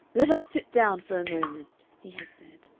let us sit down for a moment, he had said.